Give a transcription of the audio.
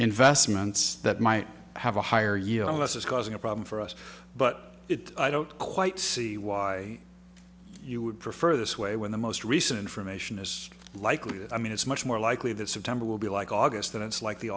investments that might have a higher you know less is causing a problem for us but it i don't quite see why you would prefer this way when the most recent information is likely that i mean it's much more likely that september will be like august than it's like the